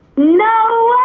no